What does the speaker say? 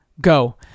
go